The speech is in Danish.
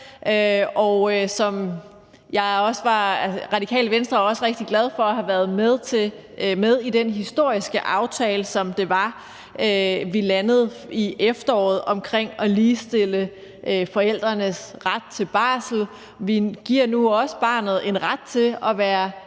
Radikale Venstre er også rigtig glad for at være med i den historiske aftale, som vi landede i efteråret, om at ligestille forældrenes ret til barsel. Vi giver nu også barnet en ret til at have